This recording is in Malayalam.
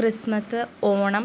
ക്രിസ്മസ് ഓണം